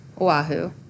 Oahu